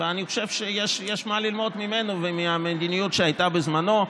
ואני חושב שיש יש מה ללמוד ממנו ומהמדיניות שהייתה בזמנו,